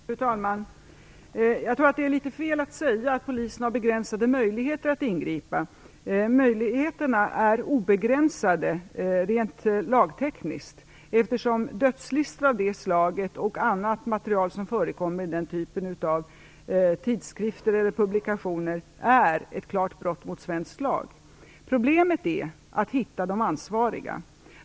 Fru talman! Jag tror att det är litet fel att säga att polisen har begränsade möjligheter att ingripa. Möjligheterna är obegränsade rent lagtekniskt, eftersom dödslistor av det här slaget och annat material som förekommer i den typen av tidskrifter och publikationer är ett klart brott mot svensk lag. Problemet är att hitta de ansvariga.